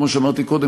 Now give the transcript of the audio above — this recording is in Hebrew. כמו שאמרתי קודם,